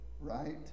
right